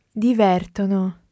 divertono